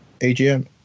AGM